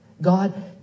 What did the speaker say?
God